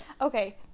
okay